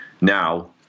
now